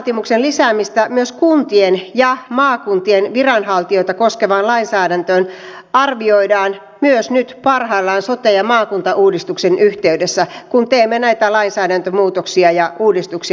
karenssivaatimuksen lisäämistä myös kuntien ja maakuntien viranhaltijoita koskevaan lainsäädäntöön arvioidaan myös nyt parhaillaan sote ja maakuntauudistuksen yhteydessä kun teemme näitä lainsäädäntömuutoksia ja uudistuksia